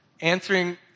answering